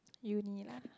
uni lah